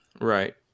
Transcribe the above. Right